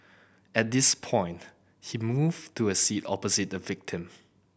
at this point he moved to a seat opposite the victim